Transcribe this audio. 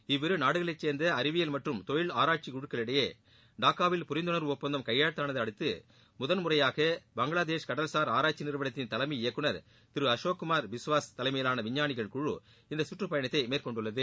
இவ்விரு நாடுகளை சேர்ந்த அறிவியல் மற்றும் தொழில் ஆராய்ச்சி குழுக்களிடையே டாக்காவில் புரிந்துணர்வு ஒப்பந்தம் எக்யெழுத்தானதை அடுத்து முதல் முறையாக பங்களாதேஷ் கடல்சார் ஆராய்ச்சி நிறுவனத்தின் தலைமை இயக்குந் திரு அசோக் குமார் பிஸ்வாஸ் தலைமையிலான விஞ்ஞானிகள் குழு இந்த சுற்று பயணத்தை மேற்கொண்டுள்ளது